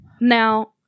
Now